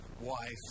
wife